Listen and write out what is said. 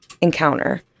encounter